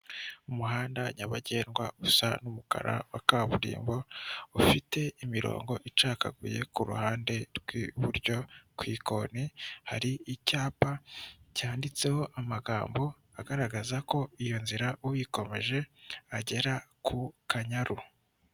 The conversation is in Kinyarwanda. Umuhanda nyabagendwa usa n'umukara wa kaburimbo, ufite imirongo icagaguye ku ruhande rw'iburyo, ku ikoni hari icyapa cyanditseho amagambo agaragaza ko iyo nzira uyikomeje agera ku Kanyaru.